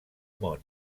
món